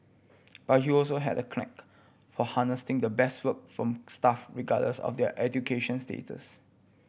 but he also had a knack for harnessing the best work from staff regardless of their education status